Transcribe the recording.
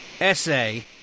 essay